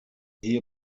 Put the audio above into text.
hier